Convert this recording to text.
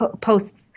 post